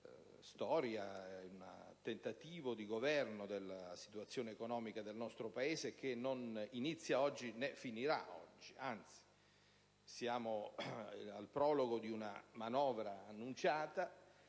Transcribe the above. e in un tentativo di governo della situazione economica del nostro Paese che non inizia oggi né finirà oggi: anzi, siamo al prologo di una manovra annunciata,